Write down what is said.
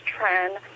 trend